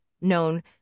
known